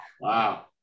Wow